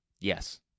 Yes